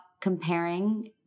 comparing